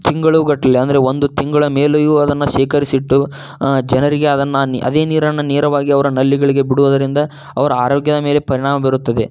ತಿಂಗಳುಗಟ್ಟಲೆ ಅಂದರೆ ಒಂದು ತಿಂಗಳ ಮೇಲೆಯೂ ಅದನ್ನು ಶೇಖರಿಸಿಟ್ಟು ಜನರಿಗೆ ಅದನ್ನು ಅದೇ ನೀರನ್ನು ನೇರವಾಗಿ ಅವರ ನಲ್ಲಿಗಳಿಗೆ ಬಿಡುವುದರಿಂದ ಅವರ ಆರೋಗ್ಯದ ಮೇಲೆ ಪರಿಣಾಮ ಬೀರುತ್ತದೆ